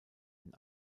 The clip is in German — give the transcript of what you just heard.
den